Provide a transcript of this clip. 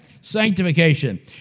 Sanctification